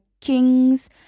Kings